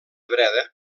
breda